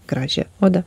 gražią odą